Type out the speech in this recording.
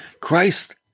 Christ